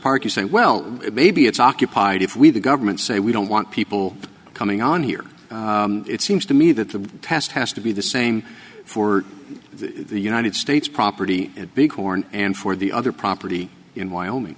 park you say well maybe it's occupied if we the government say we don't want people coming on here it seems to me that the past has to be the same for the united states property at bighorn and for the other property in